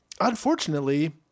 Unfortunately